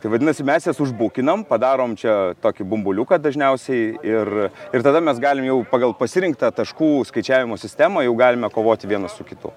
tai vadinasi mes jas užbukinam padarom čia tokį bumbuliuką dažniausiai ir ir tada mes galim pagal pasirinktą taškų skaičiavimo sistemą jau galime kovoti vienas su kitu